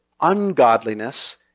ungodliness